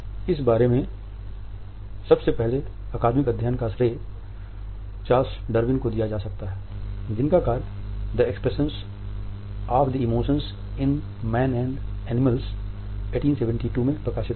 इस बारे सबसे पहले अकादमिक अध्ययन का श्रेय चार्ल्स डार्विन को दिया जा सकता है जिनका कार्य the expression of the emotions in man and animals 1872 में प्रकाशित हुआ था